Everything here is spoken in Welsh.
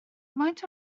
faint